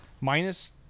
minus